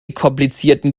komplizierten